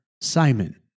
Simon